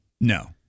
No